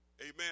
Amen